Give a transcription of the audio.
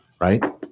right